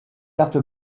carte